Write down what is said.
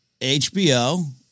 HBO